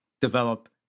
develop